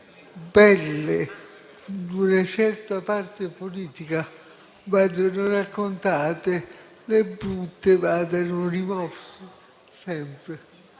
belle di una certa parte politica vanno raccontate e le brutte vanno rimosse sempre.